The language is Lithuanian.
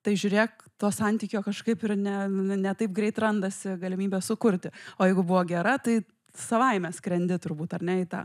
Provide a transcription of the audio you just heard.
tai žiūrėk to santykio kažkaip ir ne ne taip greit randasi galimybė sukurti o jeigu buvo gera tai savaime skrendi turbūt ar ne į tą